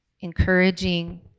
encouraging